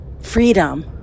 freedom